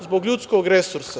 Zbog ljudskog resursa.